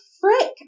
frick